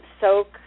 soak